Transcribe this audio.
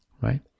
right